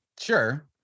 sure